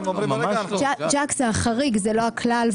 ג'ק, זה החריג, זה לא הכלל.